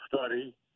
study